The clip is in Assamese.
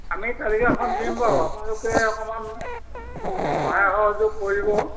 আমি তালিকাখন দিম বাৰু আপোনালোকে অকণমান সহায় সহযোগ কৰিব